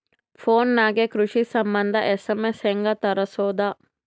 Phone ನಾಗೆ ಕೃಷಿ ಸಂಬಂಧ ಎಸ್.ಎಮ್.ಎಸ್ ಹೆಂಗ ತರಸೊದ?